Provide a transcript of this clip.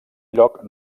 lloc